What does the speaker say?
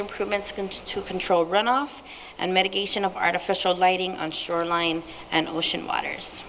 improvements going to control runoff and medication of artificial lighting on shoreline and ocean water